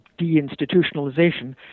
deinstitutionalization